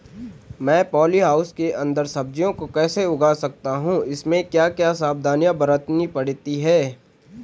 मैं poly house के अन्दर सब्जियों को कैसे उगा सकता हूँ इसमें क्या क्या सावधानियाँ बरतनी पड़ती है?